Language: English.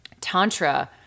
Tantra